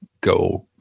go